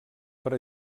per